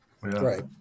Right